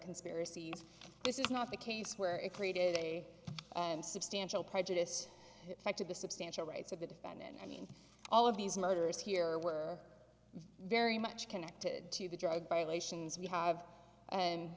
conspiracy yes this is not the case where it created a substantial prejudice affected the substantial rights of the defendant and all of these murders here were very much connected to the drug violations we have and